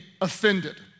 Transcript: offended